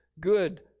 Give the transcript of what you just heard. good